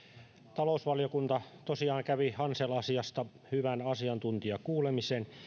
talousvaliokunta tosiaan kävi hansel asiasta hyvän asiantuntijakuulemisen